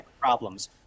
problems